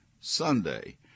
Sunday